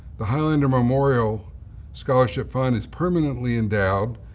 the highlander memorial scholarship fund is permanently endowed,